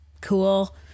cool